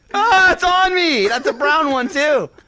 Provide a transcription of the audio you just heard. it's on me! that's a brown one too